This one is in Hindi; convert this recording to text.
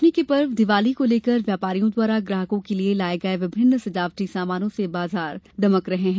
रोशनी के पर्व दीपावली को लेकर व्यापारियों द्वारा ग्राहकों के लिये लाये गये विभिन्न सजावटी सामानों से बाजार दमक उठे है